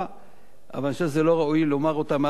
אבל אני חושב שזה לא ראוי לומר אותם מעל במת הכנסת,